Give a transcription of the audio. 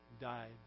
died